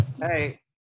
Hey